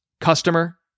Customer